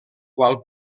qual